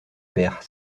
père